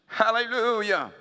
hallelujah